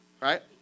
right